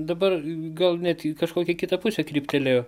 dabar gal net į kažkokį kitą pusę kryptelėjo